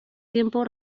tiempo